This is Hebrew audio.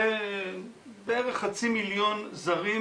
ובערך חצי מיליון זרים